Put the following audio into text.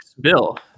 Bill